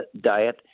diet